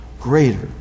greater